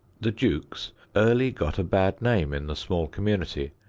the jukes early got a bad name in the small community.